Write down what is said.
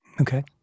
Okay